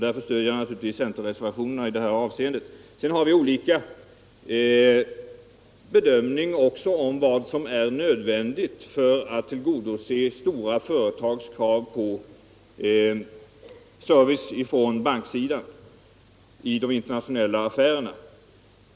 Därför stöder jag självklart också centerpartireservationerna i det avseendet. Sedan har vi också olika uppfattningar om vad som är nödvändigt för att tillgodose stora företags krav på service från bankerna i de internationella affärerna.